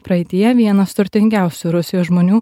praeityje vienas turtingiausių rusijos žmonių